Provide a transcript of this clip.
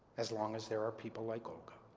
as long as there are people like olga.